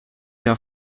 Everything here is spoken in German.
der